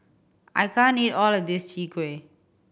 I can't eat all of this Chwee Kueh